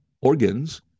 organs